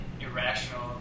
Irrational